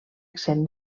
exempt